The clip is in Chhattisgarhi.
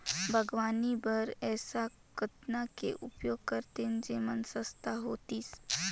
बागवानी बर ऐसा कतना के उपयोग करतेन जेमन सस्ता होतीस?